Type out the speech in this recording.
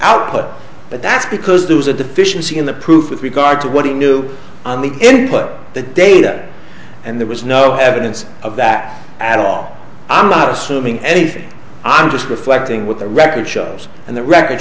output but that's because there was a deficiency in the proof with regard to what he knew on the input the data and there was no evidence of that at all i'm not assuming anything i'm just reflecting with the record shows and the record